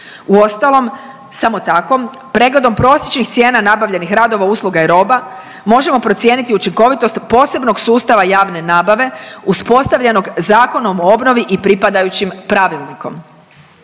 Uostalom samo tako pregledom prosječnih cijena nabavnih radova usluga i roba možemo procijeniti učinkovitost posebnog sustava javne nabave uspostavljenog Zakonom o obnovi i pripadajućim pravilnikom.